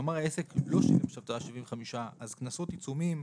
נניח שעסק לא שילם את ה-75 אלף - קנסות, עיצומים,